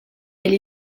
elle